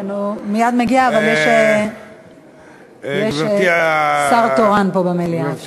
כן, הוא מייד מגיע, אבל יש שר תורן פה במליאה.